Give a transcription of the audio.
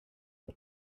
och